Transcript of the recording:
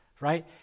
right